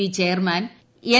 B chairman N